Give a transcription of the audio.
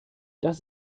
das